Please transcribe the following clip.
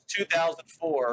2004